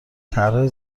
طرحهای